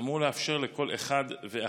אמור לאפשר לכל אחד ואחת